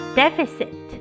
deficit